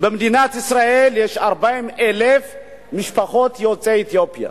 במדינת ישראל יש 40,000 משפחות של יוצאי אתיופיה,